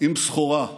עם סחורה,